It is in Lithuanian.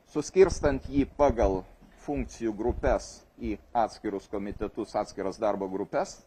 suskirstant jį pagal funkcijų grupes į atskirus komitetus atskiras darbo grupes